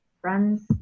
friends